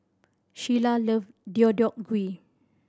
Sheilah love Deodeok Gui